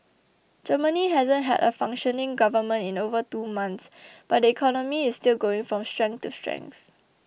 Germany hasn't had a functioning government in over two months but the economy is still going from strength to strength